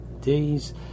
days